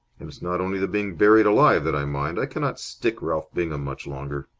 and it's not only the being buried alive that i mind. i cannot stick ralph bingham much longer.